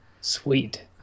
sweet